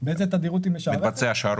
מתבצע השערוך?